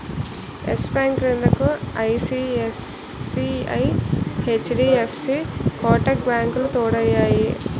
yes Bank క్రిందకు ICICI, HDFC Kotak బ్యాంకులు తోడయ్యాయి